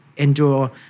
Endure